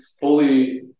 fully